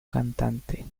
cantante